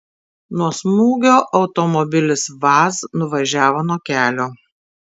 nuo smūgio automobilis vaz nuvažiavo nuo kelio